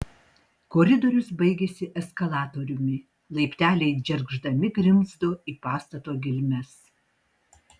koridorius baigėsi eskalatoriumi laipteliai džergždami grimzdo į pastato gelmes